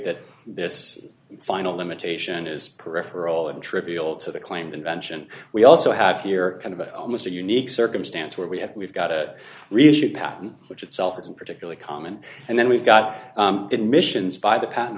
that this final limitation is peripheral and trivial to the claimed invention we also have here kind of almost a unique circumstance where we have we've got a patent which itself isn't particularly common and then we've got missions by the patent